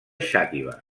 xàtiva